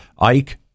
Ike